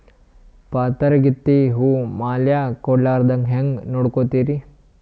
ಪಾತರಗಿತ್ತಿ ಹೂ ಮ್ಯಾಲ ಕೂಡಲಾರ್ದಂಗ ಹೇಂಗ ನೋಡಕೋತಿರಿ?